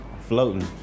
Floating